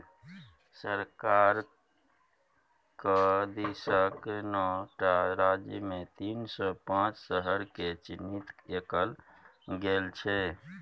सरकारक दिससँ नौ टा राज्यमे तीन सौ पांच शहरकेँ चिह्नित कएल गेल छै